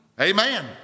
Amen